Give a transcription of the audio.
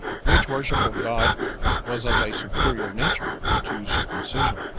which worship of god was of a superior nature to circumcision.